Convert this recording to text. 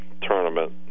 tournament